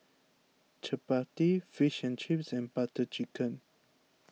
Chapati Fish and Chips and Butter Chicken